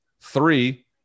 Three